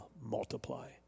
multiply